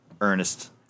Ernest